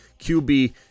QB